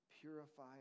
Purify